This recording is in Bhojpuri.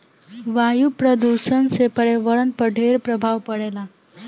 वायु प्रदूषण से पर्यावरण पर ढेर प्रभाव पड़ेला